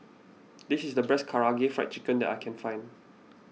this is the best Karaage Fried Chicken that I can find